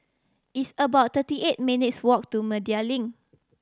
it's about thirty eight minutes' walk to Media Link